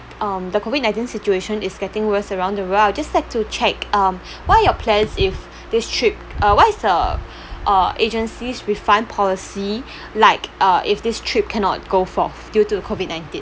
um the COVID nineteen situation is getting worse around the world I would just like to check um what are your plans if this trip uh what is the uh agency's refund policy like uh if this trip cannot go forth due to the COVID nineteen